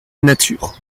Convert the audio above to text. nature